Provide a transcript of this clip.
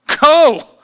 Go